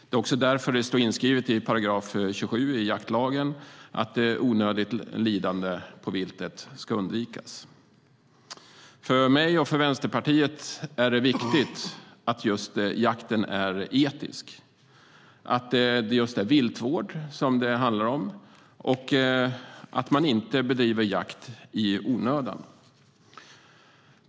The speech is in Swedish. Det är också därför som det står inskrivet i 27 § jaktlagen att onödigt lidande hos viltet ska undvikas. För mig och Vänsterpartiet är det viktigt att jakten är etisk, att det är just viltvård som det handlar om och att man inte bedriver jakt i onödan.